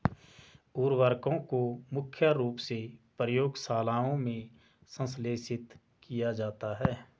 उर्वरकों को मुख्य रूप से प्रयोगशालाओं में संश्लेषित किया जाता है